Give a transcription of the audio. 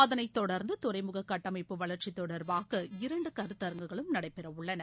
அதனை தொடர்ந்து துறைமுக கட்டமைப்பு வளர்ச்சி தொடர்பாக இரண்டு கருத்தரங்குகளும் நடைபெறவுள்ளன